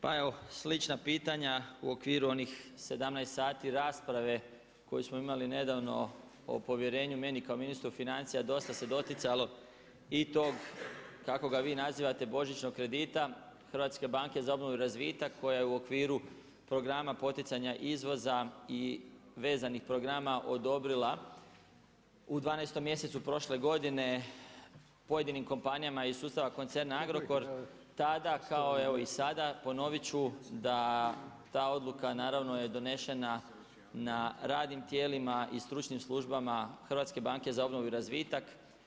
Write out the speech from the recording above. Pa evo slična pitanja u okviru onih 17 sati rasprave koju smo imali nedavno o povjerenju meni kao ministru financija dosta se doticalo i tog kako ga vi nazivate božićnog kredita Hrvatske banke za obnovu i razvitak koja je u okviru Programa poticanja izvoza i vezanih programa odobrila u 12 mjesecu prošle godine pojedinim kompanijama iz sustava koncerna Agrokor tada kao i sada ponovit ću da ta odluka, naravno je donešena na radnim tijelima i stručnim službama Hrvatske banke za obnovu i razvitak.